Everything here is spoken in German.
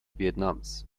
vietnams